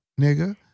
nigga